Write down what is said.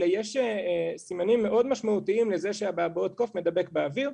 אלא יש סימנים מאוד משמעותיים לזה שאבעבועות קוף מדבק באוויר.